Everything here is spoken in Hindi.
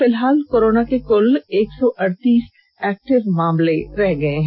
फिलहाल कोरोना के क्ल एक सौ अड़तीस एक्टिव मामले रह गये हैं